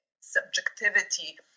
subjectivity